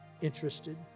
interested